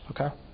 Okay